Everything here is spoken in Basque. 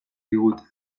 digute